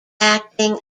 acting